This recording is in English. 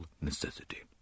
necessity